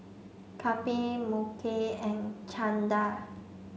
Kapil Mukesh and Chanda